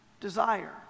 desire